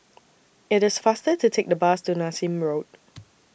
IT IS faster to Take The Bus to Nassim Road